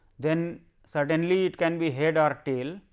then suddenly it can be head or tail,